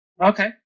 Okay